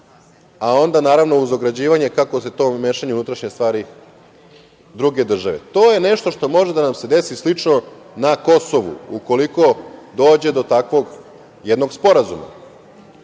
a onda naravno uz ograđivanje kako je to mešanje u unutrašnje stvari druge države. To je nešto što može da nam se desi slično na Kosovu, ukoliko dođe do takvog jednog sporazuma.